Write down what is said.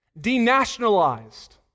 denationalized